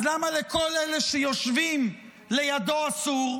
אז למה לכל אלה שיושבים לידו אסור?